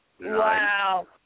Wow